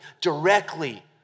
directly